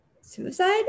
suicide